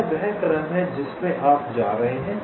यह वह क्रम है जिसमें आप जा रहे हैं